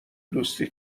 دوستی